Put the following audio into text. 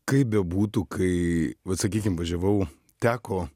kaip bebūtų kai vat sakykim važiavau teko